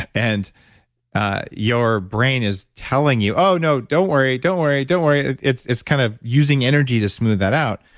and your brain is telling you, oh, no, don't worry, don't worry, don't worry, it's it's kind of using energy to smooth that out.